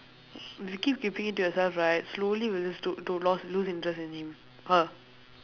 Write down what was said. you keep keeping it to yourself right slowly you will to to lost lose interest in him her